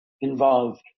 involved